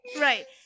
Right